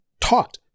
taught